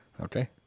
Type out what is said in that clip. okay